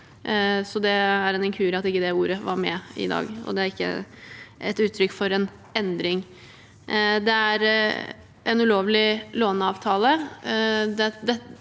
det er en inkurie at det ordet ikke var med i dag. Det er ikke uttrykk for en endring. Det er en ulovlig låneavtale.